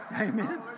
Amen